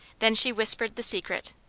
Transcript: then she whispered the secret.